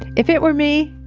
if it were me,